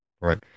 Right